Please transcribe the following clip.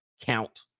count